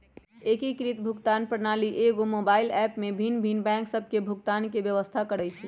एकीकृत भुगतान प्रणाली एकेगो मोबाइल ऐप में भिन्न भिन्न बैंक सभ के भुगतान के व्यवस्था करइ छइ